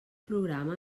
programa